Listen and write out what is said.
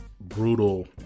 brutal